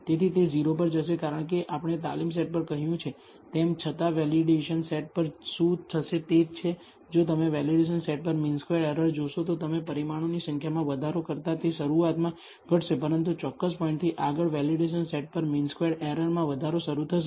તેથી તે 0 પર જશે કારણ કે આપણે તાલીમ સેટ પર કહ્યું છે તેમ છતાં વેલિડેશન સેટ પર શું થશે તે છે જો તમે વેલિડેશન સેટ પર મીન સ્ક્વેર્ડ એરર જોશો તો તમે પરિમાણોની સંખ્યામાં વધારો કરતાં તે શરૂઆતમાં ઘટશે પરંતુ ચોક્કસ પોઇન્ટથી આગળ વેલિડેશન સેટ પર મીન સ્ક્વેર્ડ એરરમાં વધારો શરૂ થશે